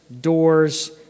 doors